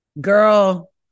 girl